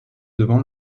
devant